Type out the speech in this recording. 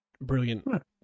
brilliant